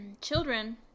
children